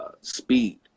speed